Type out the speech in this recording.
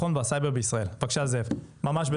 תודה, חבר הכנסת רון כץ.